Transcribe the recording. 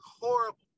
horrible